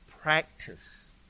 practice